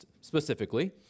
specifically